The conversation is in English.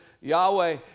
Yahweh